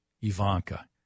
Ivanka